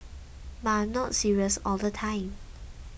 but I am not serious all the time